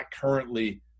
currently